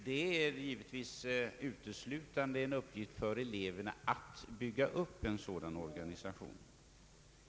Det är självfallet en uppgift uteslutande för eleverna att bygga upp en sådan organisation.